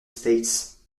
states